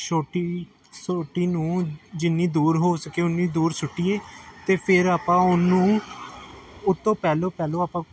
ਛੋਟੀ ਸੋਟੀ ਨੂੰ ਜਿੰਨੀ ਦੂਰ ਹੋ ਸਕੇ ਓਨੀ ਦੂਰ ਸੁੱਟੀਏ ਅਤੇ ਫੇਰ ਆਪਾਂ ਉਹਨੂੰ ਉਹ ਤੋਂ ਪਹਿਲੋਂ ਪਹਿਲੋਂ ਆਪਾਂ